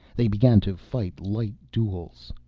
they began to fight light duels.